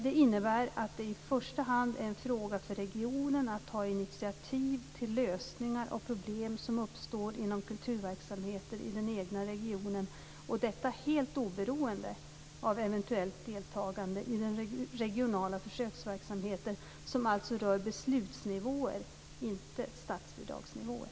Det innebär att det i första hand är en fråga för regionen att ta initiativ till lösningar av problem som uppstår inom kulturverksamheter i den egna regionen och detta helt oberoende av eventuellt deltagande i den regionala försöksverksamheten som alltså rör beslutsnivåer, inte statsbidragsnivåer.